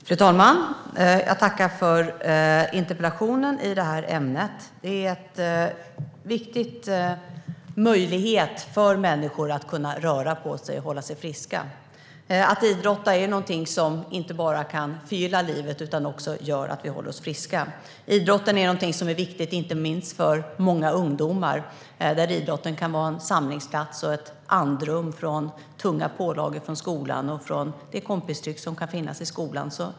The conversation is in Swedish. Fru talman! Jag tackar för interpellationen i detta ämne. Detta är en viktig möjlighet för människor att röra på sig och hålla sig friska. Att idrotta är någonting som inte bara kan förgylla livet utan som också gör att vi håller oss friska. Idrotten är någonting som är viktigt, inte minst för många ungdomar. Idrotten kan vara en samlingsplats och ett andrum för ungdomar från tunga pålagor från skolan och från det kompistryck som kan finnas i skolan.